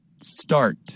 Start